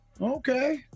Okay